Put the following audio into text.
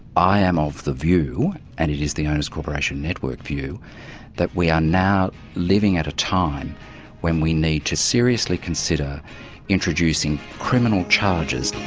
i am of the view and it is the owners corporation network view that we are now living at a time when we need to seriously consider introducing criminal charges.